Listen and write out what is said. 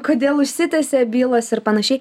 kodėl užsitęsia bylos ir panašiai